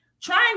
trying